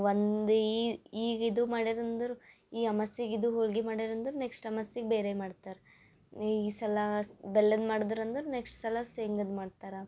ಒಂದು ಈಗ ಇದು ಮಾಡ್ಯಾದು ಅಂದರೆ ಈ ಅಮಾಸಿಗೆ ಇದು ಹೋಳ್ಗೆ ಮಾಡ್ಯಾರೆ ಅಂದ್ರೆ ನೆಕ್ಸ್ಟ್ ಅಮಾಸಿಗೆ ಬೇರೆ ಮಾಡ್ತಾರೆ ಈ ಸಲ ಬೆಲ್ಲದ ಮಾಡ್ದರು ಅಂದ್ರೆ ನೆಕ್ಸ್ಟ್ ಸಲ ಶೇಂಗದ್ ಮಾಡ್ತಾರ